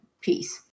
peace